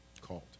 called